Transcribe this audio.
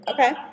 Okay